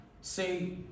say